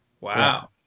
Wow